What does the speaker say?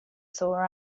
sore